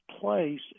place